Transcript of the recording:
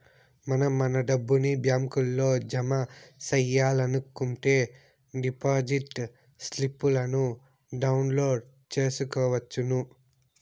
మనం మన డబ్బుని బ్యాంకులో జమ సెయ్యాలనుకుంటే డిపాజిట్ స్లిప్పులను డౌన్లోడ్ చేసుకొనవచ్చును